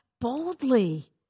boldly